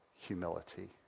humility